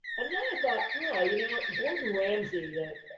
and then i thought, wow, you know, gordon ramsay,